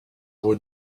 will